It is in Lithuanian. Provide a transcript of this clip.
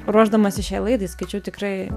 ruošdamasi šiai laidai skaičiau tikrai